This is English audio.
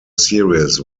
series